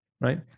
right